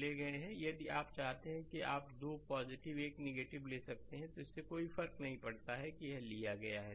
ले गए हैं यदि आप चाहते हैं कि आप 2 पॉजिटिव 1 निगेटिव ले सकते हैं तो इससे कोई फर्क नहीं पड़ता कि यह लिया गया है